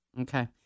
Okay